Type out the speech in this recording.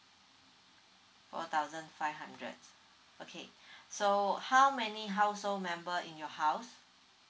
four thousand five hundred okay so how many household member in your house